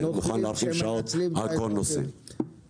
לאפשר את קבלת התוכניות העסקיות של העסקים,